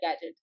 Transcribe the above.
gadget